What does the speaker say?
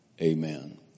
amen